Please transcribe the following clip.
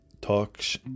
talks